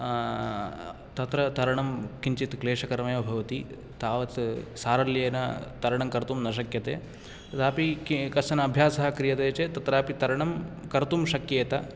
तत्र तरणं किञ्चित् क्लेशकरमेव भवति तावत् सारल्येन तरणं कर्तुं न शक्यते तथापि के कश्चन अभ्यासः क्रियते चेत् तत्रापि तरणं कर्तुं शक्येत